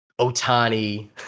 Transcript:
Otani